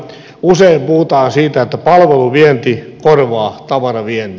usein puhutaan siitä että palveluvienti korvaa tavaraviennin